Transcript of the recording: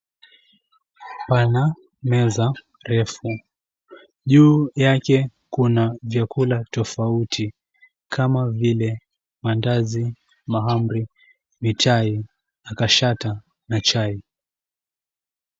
Pana meza refu juu yake kuna vyakula tofauti kama vile maandazi, mahamri, mitai na kashata na chai.